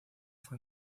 fue